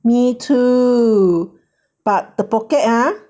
me too but the pocket ah